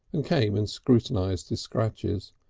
and came and scrutinised his scratches.